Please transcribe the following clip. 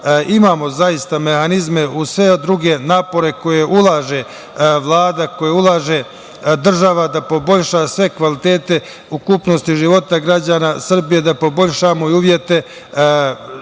imamo zaista mehanizme, uz sve druge napore koje ulaže Vlada, koje ulaže država da poboljšaju sve kvaliteta ukupnosti života građana Srbije, da poboljšamo i uslove